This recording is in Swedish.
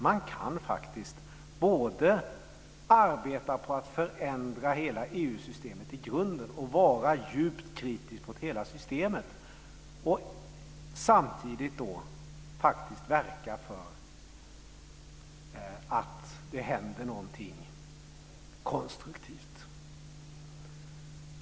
Man kan faktiskt både arbeta på att förändra hela EU-systemet i grunden och vara djupt kritisk mot hela systemet och samtidigt verka för att det ska hända någonting konstruktivt.